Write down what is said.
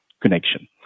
connection